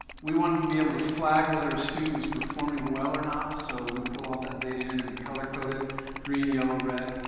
we wanted to be able to flag whether a student was performing well or not. so we pulled all that data in and we color coded green, yellow, red.